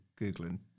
Googling